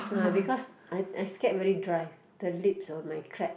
uh because I I scared very dry the lips or might crack